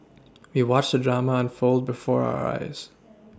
we watched the drama unfold before our eyes